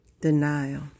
Denial